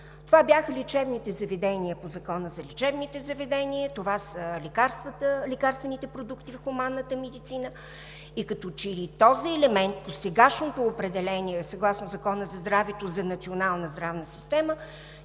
Това бяха лечебните заведения по Закона за лечебните заведения, това са лекарствените продукти в хуманната медицина и като че ли този елемент по сегашното определение, съгласно Закона за здравето за национална здравна система,